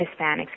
Hispanics